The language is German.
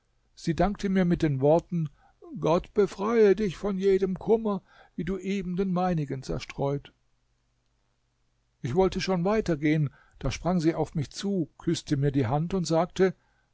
sie dankte mir mit den worten gott befreie dich von jedem kummer wie du eben den meinigen zerstreut ich wollte schon wieder weitergehen da sprang sie auf mich zu küßte mir die hand und sagte